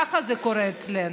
ככה זה קורה אצלנו.